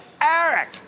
Eric